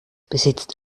besitzt